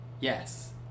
Yes